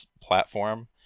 platform